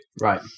Right